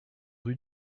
rue